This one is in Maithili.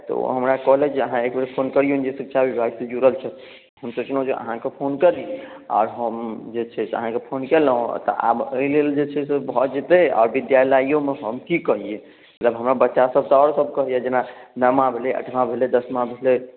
तऽ ओ हमरा कहलथि जे अहाँ एक बेर फोन करियौन जे शिक्षा विभागसँ जुड़ल छथि हम सोचलहुँ जे अहाँके फोन करी आओर हम जे छै से अहाँके फोन केलहुँ तऽ आब एहि लेल जे छै से भऽ जेतै आ विद्यालयोमे हम की करियै हमरा बच्चासभ तऽ आओर सभ कहैए जेना नवमा भेलै अठमा भेलै दसमा भेलै